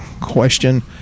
question